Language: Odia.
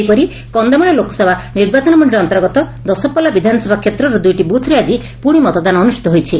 ସେହିପରି କକ୍ଷମାଳ ଲୋକସଭା ନିର୍ବାଚନ ମଣ୍ଡଳୀ ଅନ୍ତର୍ଗତ ଦଶପଲ୍ଲା ବିଧାନସଭା କ୍ଷେତ୍ରର ଦୁଇଟି ବୁଥ୍ରେ ଆଜି ପୁଶି ମତଦାନ ଅନୁଷ୍ିତ ହୋଇଛି